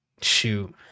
Shoot